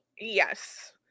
Yes